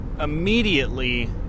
immediately